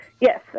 Yes